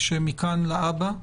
שמכאן להבא,